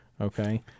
okay